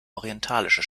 orientalische